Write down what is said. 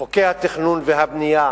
חוקי התכנון והבנייה